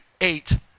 eight